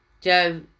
Joe